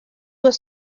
doit